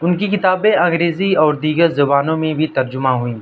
ان کی کتابیں انگریزی اور دیگر زبانوں میں بھی ترجمہ ہوئیں